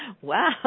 Wow